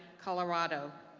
colorado.